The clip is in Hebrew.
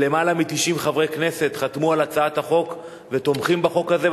יותר מ-90 חברי כנסת חתמו על הצעת החוק ותומכים בחוק הזה,